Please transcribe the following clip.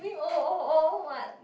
oh oh oh what